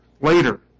later